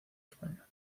españa